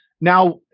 now